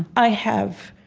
i have